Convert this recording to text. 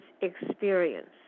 experience